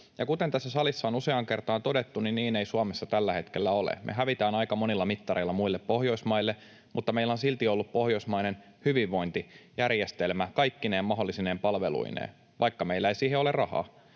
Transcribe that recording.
kuten tässä salissa on useaan kertaan todettu, niin Suomessa ei tällä hetkellä ole niin. Me hävitään aika monilla mittareilla muille Pohjoismaille, mutta meillä on silti ollut pohjoismainen hyvinvointijärjestelmä kaikkine mahdollisine palveluineen, vaikka meillä ei siihen ole rahaa